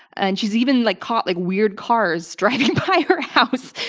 and she's even, like, caught like weird cars driving by her house,